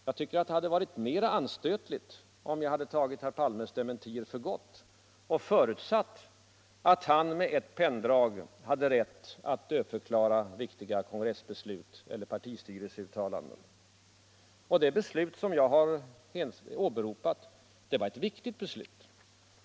Jag tycker det hade varit mer anstötligt, om jag tagit herr Palmes dementier för gott och förutsatt att han haft rätt att med ett penndrag dödförklara viktiga kongressbeslut eller partistyrelseuttalanden. Och det beslut som jag hade åberopat var viktigt.